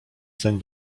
zeń